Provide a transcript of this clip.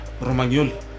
Romagnoli